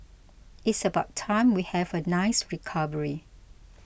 it's about time we have a nice recovery